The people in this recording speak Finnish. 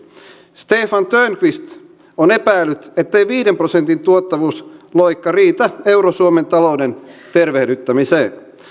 stefan törnqvist on epäillyt ettei viiden prosentin tuottavuusloikka riitä euro suomen talouden tervehdyttämiseen